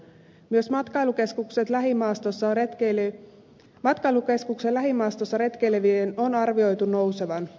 myös matkailukeskuksen lähimaastossa retkeilevien määrän on arvioitu nousevan